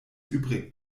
übrig